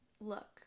look